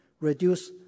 reduce